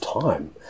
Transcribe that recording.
time